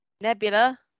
Nebula